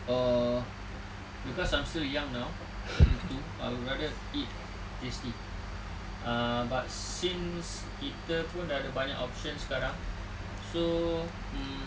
err cause I'm still young now thirty two I would rather eat tasty ah but since kita pun dah ada banyak options sekarang so mm